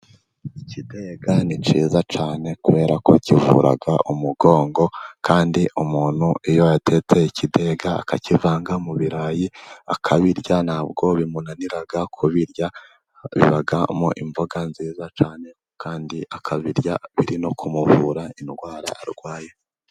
Ikidega ni cyiza cyane, kubera ko kivura umugongo, kandi umuntu iyo yatetse ikidega akakivanga mu birarayi akabirya, ntabwo bimunanira kubirya, bibamo imboga nziza cyne, kandi akabirya biri no kumuvura indwara arwaye.